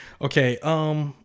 okay